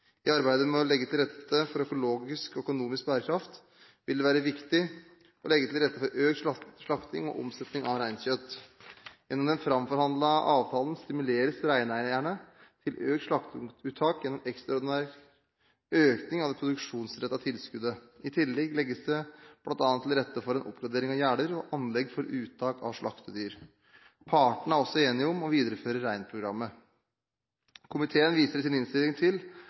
I arbeidet med å legge til rette for økologisk og økonomisk bærekraft vil det være viktig å legge til rette for økt slakting og omsetning av reinkjøtt. Gjennom den framforhandlede avtalen stimuleres reineierne til økt slakteuttak gjennom ekstraordinær økning av det produksjonsrettede tilskuddet. I tillegg legges det bl.a. til rette for en oppgradering av gjerder og anlegg for uttak av slaktedyr. Partene er også enige om å videreføre Reinprogrammet. Komiteen viser i sin innstilling til